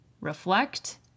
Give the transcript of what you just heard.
reflect